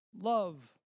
love